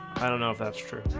i don't know if that's true.